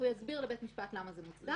הוא יסביר לבית משפט למה זה מוצדק.